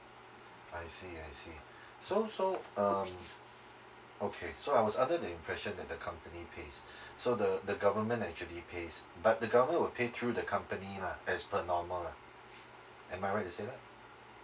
I see I see so so um okay so I was under the impression that the company pays so the the government actually pays but the government will pay through the company lah as per normal lah am I right to say that